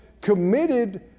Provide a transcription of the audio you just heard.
committed